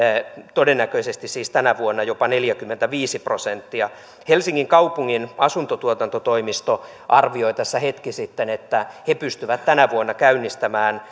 todennäköisesti siis tänä vuonna jopa neljäkymmentäviisi prosenttia helsingin kaupungin asuntotuotantotoimisto arvioi tässä hetki sitten että he pystyvät tänä vuonna käynnistämään